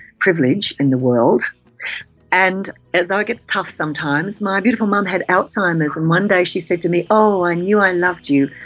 privilege, in the world and, although it get's tough sometimes, my beautiful mum had alzheimer's and one day she said to me oh, i and knew i loved you,